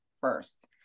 first